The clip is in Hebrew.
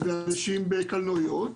אנשים בקלנועיות